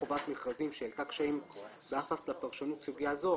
חובת מכרזים שהעלתה קשיים ביחס לפרשנות סוגיה זאת,